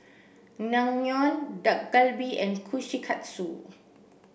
Naengmyeon Dak Galbi and Kushikatsu